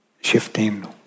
Shifting